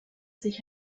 sich